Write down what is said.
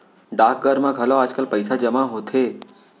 डाकघर म घलौ आजकाल पइसा जमा होथे